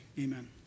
Amen